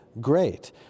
great